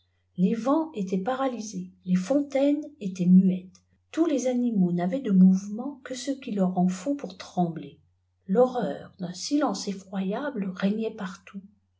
les vents étaient paralysés les fontaines étaient muettes tous les animaux n'avaient de mouvement que ce qu'il leur en faut pour trembler l'hcrreur d'un silence effroyable régnait partout